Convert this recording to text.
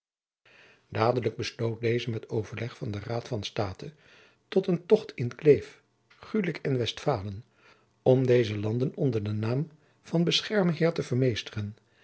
dadelijk besloot deze met overleg van den raad van state tot een tocht in kleef gulik en westfalen om deze landen onder den naam van beschermheer te vermeesteren